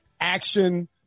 Action